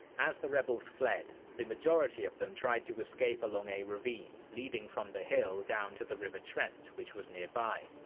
as the rebels fled, the majority of them tried to escape along a ravine leading from the hill down to the river trent, which was nearby.